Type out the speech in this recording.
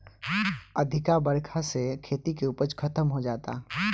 अधिका बरखा से खेती के उपज खतम हो जाता